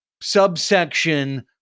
subsection